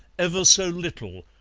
ever so little,